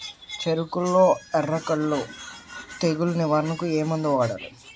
చెఱకులో ఎర్రకుళ్ళు తెగులు నివారణకు ఏ మందు వాడాలి?